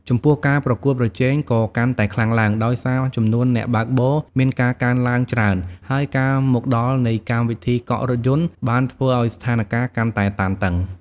ចំពោះការប្រកួតប្រជែងក៏កាន់តែខ្លាំងឡើង ដោយសារចំនួនអ្នកបើកបរមានការកើនទ្បើងច្រើន ហើយការមកដល់នៃកម្មវិធីកក់រថយន្តបានធ្វើឱ្យស្ថានការណ៍កាន់តែតានតឹង។